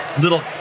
Little